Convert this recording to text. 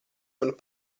manu